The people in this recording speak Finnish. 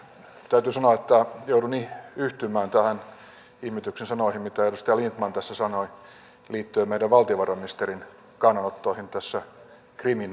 täytyy sanoa että joudun yhtymään näihin ihmetyksen sanoihin mitä edustaja lindtman tässä sanoi liittyen meidän valtiovarainministerimme kannanottoihin tässä krimin asiassa